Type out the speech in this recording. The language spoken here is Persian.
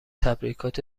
تبریکات